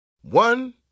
One